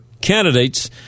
candidates